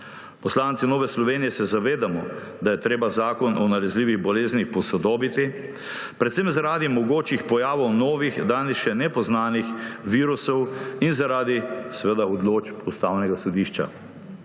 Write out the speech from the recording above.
Poslanci Nove Slovenije se zavedamo, da je treba Zakon o nalezljivih boleznih posodobiti, predvsem zaradi mogočih pojavov novih, danes še nepoznanih virusov in zaradi, seveda, odločb Ustavnega sodišča.